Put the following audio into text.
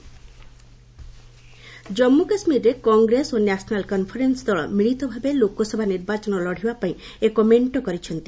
NC Congress Jammu କାଶ୍ମୀରରେ କଂଗ୍ରେସ ଓ ନ୍ୟାସନାଲ୍ କନ୍ଫରେନ୍ନ ଦଳ ମିଳିତ ଭାବେ ଲୋକସଭା ନିର୍ବାଚନ ଲଢ଼ିବା ପାଇଁ ଏକ ମେଷ୍ଟ କରିଛନ୍ତି